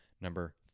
number